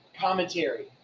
commentary